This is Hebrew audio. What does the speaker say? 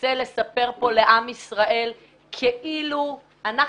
ומנסה לספר פה לעם ישראל כאילו אנחנו